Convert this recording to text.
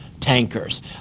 tankers